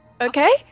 Okay